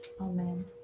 Amen